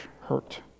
hurt